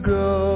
go